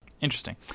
Interesting